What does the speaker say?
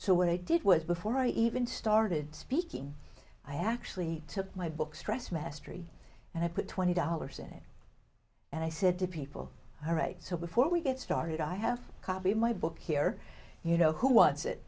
so what i did was before i even started speaking i actually took my book stress mastery and i put twenty dollars in it and i said to people all right so before we get started i have a copy of my book here you know who wants it